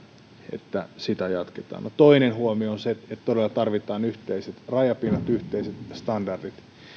että sitä nyt jatketaan toinen huomio on se että todella tarvitaan yhteiset rajapinnat yhteiset standardit